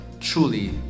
truly